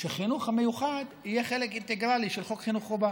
שהחינוך המיוחד יהיה חלק אינטגרלי של חוק חינוך חובה.